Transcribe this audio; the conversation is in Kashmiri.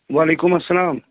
وعلیکُم اَسلام